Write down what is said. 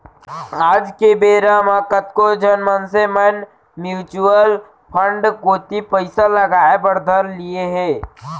आज के बेरा म कतको झन मनसे मन म्युचुअल फंड कोती पइसा लगाय बर धर लिये हें